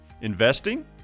investing